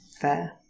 fair